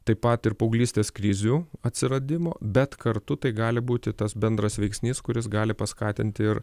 taip pat ir paauglystės krizių atsiradimo bet kartu tai gali būti tas bendras veiksnys kuris gali paskatinti ir